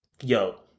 yo